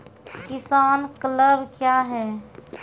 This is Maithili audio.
किसान क्लब क्या हैं?